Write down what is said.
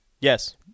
Yes